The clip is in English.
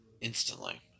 instantly